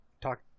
talk